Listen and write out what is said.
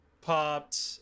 popped